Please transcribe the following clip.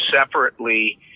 separately